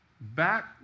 back